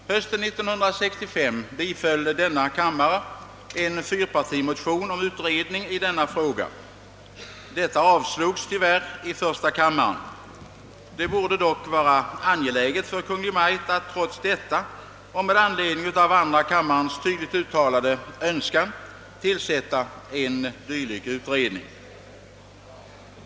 Hösten 1965 biföll denna kammare en fyrpartimotion om utredning i denna fråga. Denna avslogs tyvärr i första kammaren. Det borde dock vara angeläget för Kungl. Maj:t att trots detta och med anledning av andra kammarens tydligt uttalade önskan tillsätta en dylik utredning.